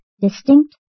distinct